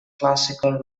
classical